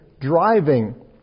driving